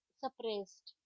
suppressed